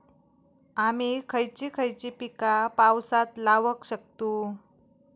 आम्ही खयची खयची पीका पावसात लावक शकतु?